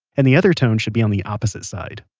and the other tone should be on the opposite side.